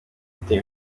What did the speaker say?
putin